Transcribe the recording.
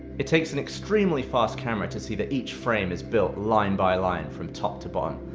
it takes an extremely fast camera to see that each frame is built line by line from top to bottom,